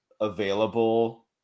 available